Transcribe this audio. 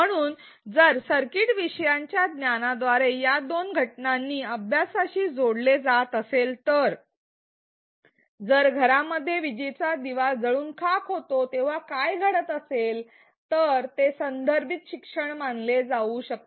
म्हणून जर सर्किट विषयीच्या ज्ञानाद्वारे या दोन घटनांनी अभ्यासाशी जोडले जात असेल तर जर घरामध्ये विजेचा दिवा जळून खाक होतो तेव्हा काय घडत असेल तर ते संदर्भित शिक्षण मानले जाऊ शकते